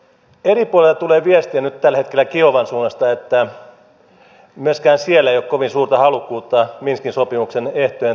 eri puolilta tulee viestiä nyt tällä hetkellä kiovan suunnasta että myöskään siellä ei ole kovin suurta halukkuutta minskin sopimuksen ehtojen täyttämiseen